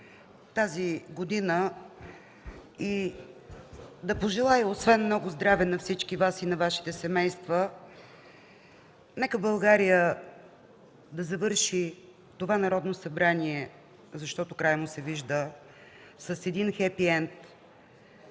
тази година и да пожелая, освен много здраве на всички Вас и на Вашите семейства, нека България да завърши това Народно събрание, защото краят му се вижда, с един хепиенд